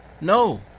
No